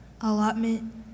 Allotment